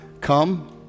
come